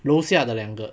楼下的两个